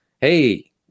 Hey